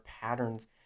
patterns